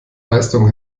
leistung